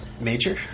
Major